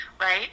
right